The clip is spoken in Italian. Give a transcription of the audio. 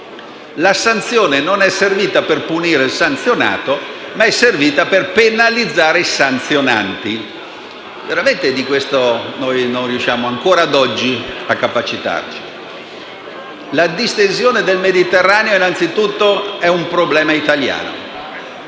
non sono servite a punire il sanzionato, ma a penalizzare i sanzionanti. Veramente di questo non riusciamo ancora oggi a capacitarci. La distensione del Mediterraneo innanzitutto è un problema italiano.